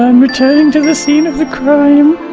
um returning to the scene of the crime!